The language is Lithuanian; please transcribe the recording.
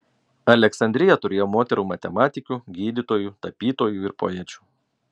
aleksandrija turėjo moterų matematikių gydytojų tapytojų ir poečių